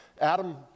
Adam